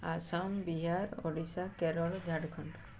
Assam Bihar Odisha Kerala Jharkhand